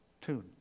tune